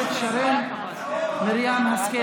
2021. חברת הכנסת שרן מרים השכל,